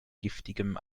giftigem